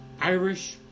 Irish